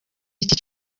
iki